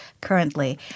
currently